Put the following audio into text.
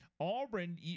Auburn